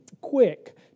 quick